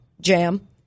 jam